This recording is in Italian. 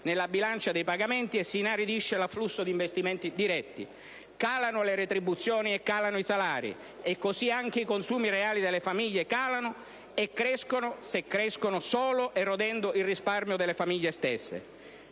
nella bilancia dei pagamenti e si inaridisce l'afflusso di investimenti diretti; calano le retribuzioni e calano i salari, e i consumi reali delle famiglie, che crescono (se crescono) solo erodendo il risparmio delle famiglie stesse.